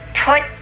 put